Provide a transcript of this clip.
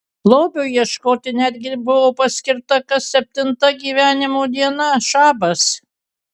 lobiui ieškoti netgi buvo paskirta kas septinta gyvenimo diena šabas